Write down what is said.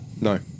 no